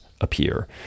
appear